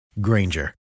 Granger